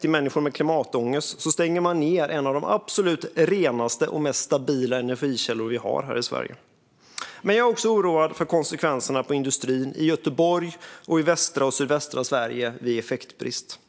till människor med klimatångest stänger man ned en av de absolut renaste och mest stabila energikällor vi har här i Sverige. Jag är även oroad över konsekvenserna för industrin i Göteborg och i västra och sydvästra Sverige vid effektbrist.